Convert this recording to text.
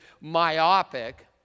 myopic